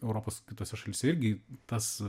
europos kitose šalyse irgi tas